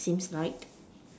seems like